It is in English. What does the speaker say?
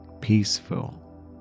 peaceful